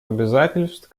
обязательств